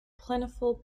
plentiful